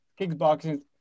kickboxing